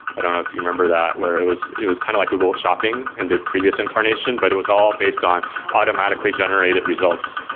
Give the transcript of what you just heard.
i don't know if you remember that, where it was it was kind of like google shopping in the previous incarnation, but it was all based on automatically generated results.